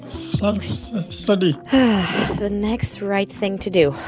um study the next right thing to do,